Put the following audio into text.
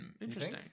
Interesting